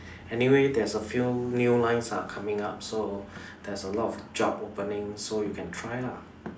anyway there's a few new lines are coming up so there's a lot job opening so you can try lah